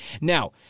Now